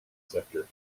sector